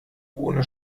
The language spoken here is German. ohne